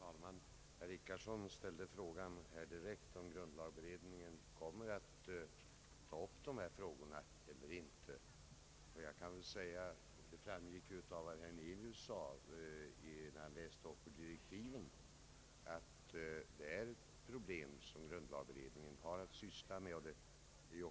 Herr talman! Herr Richardson ställde frågan om grundlagberedningen kommer att ta upp dessa frågor eller inte. Det framgick när herr Hernelius läste ur direktiven att detta är ett problem som grundlagberedningen har att syssla med.